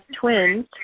twins